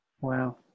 wow